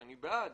שאני בעד,